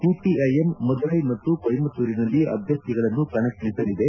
CPIM Madurai ಮತ್ತು ಕೋಯಮತ್ತೂರಿನಲ್ಲಿ ಅಭ್ಯರ್ಥಿಗಳನ್ನು ಕಣಕ್ಕಳಿಸಲಿದೆ